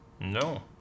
No